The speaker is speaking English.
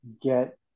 get